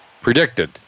predicted